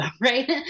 right